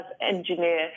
engineer